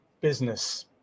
business